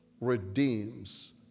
redeems